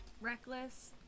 reckless